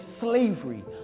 slavery